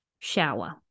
Shower